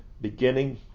beginning